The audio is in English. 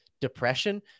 depression